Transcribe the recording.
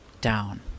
down